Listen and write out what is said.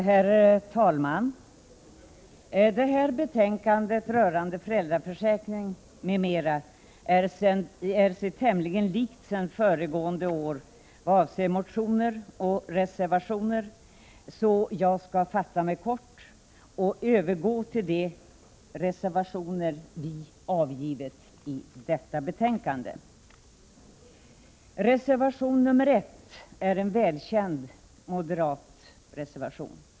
Herr talman! Betänkandet rörande föräldraförsäkringen m.m. är sig tämligen likt sedan föregående år vad avser motioner och reservationer, så jag skall fatta mig kort och övergå till de reservationer vi avgivit till detta betänkande. Reservation nr 1 är en välkänd moderat reservation.